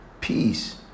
Peace